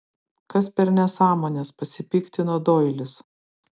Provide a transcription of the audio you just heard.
kas per nesąmonės pasipiktino doilis